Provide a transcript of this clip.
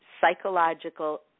psychological